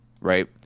Right